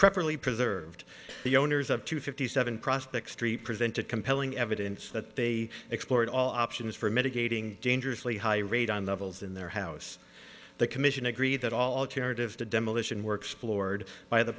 properly preserved the owners of two fifty seven prospect street presented compelling evidence that they explored all options for mitigating dangerously high radon levels in their house the commission agree that all shared if the demolition works floored by the